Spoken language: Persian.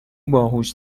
باهوش